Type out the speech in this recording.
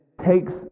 takes